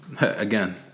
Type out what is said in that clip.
Again